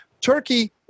Turkey